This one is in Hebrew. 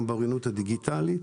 גם באוריינות הדיגיטלית.